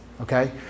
Okay